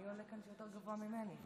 מי הוא זה שיותר גבוה ממני?